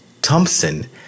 Thompson